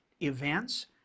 events